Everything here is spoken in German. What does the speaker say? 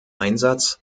einsatz